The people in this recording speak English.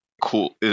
cool